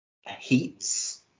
Heats